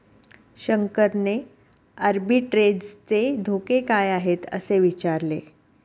शंकरने आर्बिट्रेजचे धोके काय आहेत, असे विचारले